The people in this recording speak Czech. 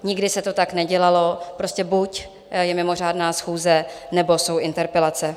Nikdy se to tak nedělalo, prostě buď je mimořádná schůze, nebo jsou interpelace.